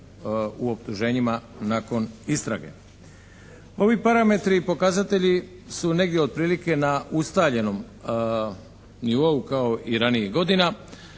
u optuženjima nakon istrage. Ovi parametri i pokazatelji su negdje otprilike na ustaljenom nivou kao i ranijih godina